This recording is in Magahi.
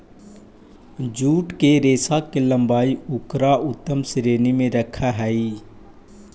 जूट के रेशा के लम्बाई उकरा उत्तम श्रेणी में रखऽ हई